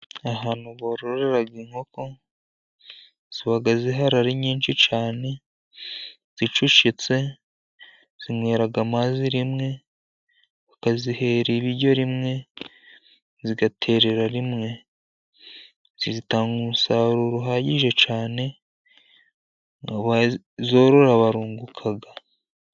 Ahantu bororera inkoko ziba zihari ari nyinshi cyane zicucitse, zinywera amazi rimwe ,bakazihera ibiryo rimwe, zigaterera rimwe ,zitanga umusaruro uhagije cyane abazorora barunguka.